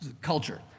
culture